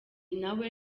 nawe